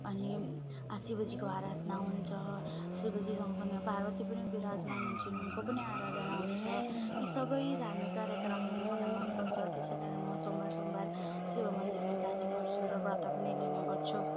अनि शिवजीको आराधना हुन्छ शिवजी सँगसँगै पार्वती पनि विराजमान हुन्छिन् उनको पनि आराधना हुन्छ यी सबै धार्मिक कार्यक्रमहरू मलाई मनपर्छ त्यसै कारण म सोमबार सोमबार शिव मन्दिरमा जानेगर्छु र व्रत पनि लिनेगर्छु